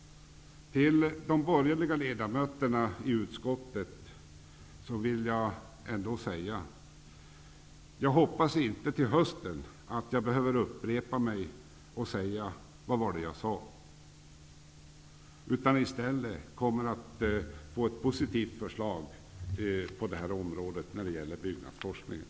Till de borgerliga ledamöterna i utskottet vill jag säga att jag hoppas att jag inte till hösten skall behöva upprepa mig och säga ''Vad var det jag sade?'' utan att jag i stället skall få ett positivt förslag när det gäller byggnadsforskningen.